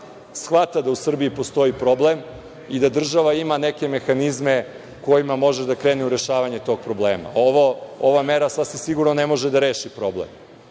shvata da u Srbiji postoji problem i da država ima neke mehanizme kojima može da krene u rešavanje tog problema. Ova mera sasvim sigurno ne može da reši problem. Ne